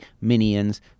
Minions